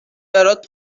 برات